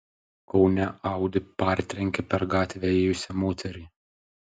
kaune audi partrenkė per gatvę ėjusią moterį